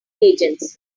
agents